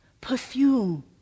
perfume